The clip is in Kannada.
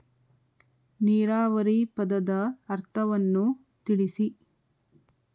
ನೀರಾವರಿ ಪದದ ಅರ್ಥವನ್ನು ತಿಳಿಸಿ?